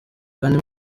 kandi